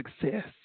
success